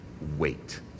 Wait